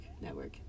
Network